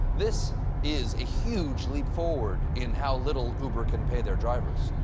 this is a huge leap forward in how little uber can pay their drivers.